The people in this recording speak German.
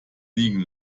liegen